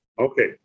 Okay